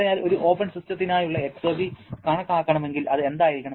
അതിനാൽ ഒരു ഓപ്പൺ സിസ്റ്റത്തിനായുള്ള എക്സർജി കണക്കാക്കണമെങ്കിൽ അത് എന്തായിരിക്കണം